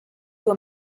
will